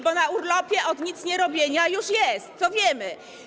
Bo na urlopie od nicnierobienia już jest, to wiemy.